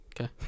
Okay